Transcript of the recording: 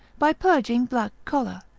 by purging black choler,